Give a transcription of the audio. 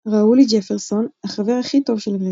ראולי ג'פרסון - החבר הכי טוב של גרג